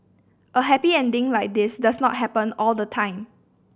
a happy ending like this does not happen all the time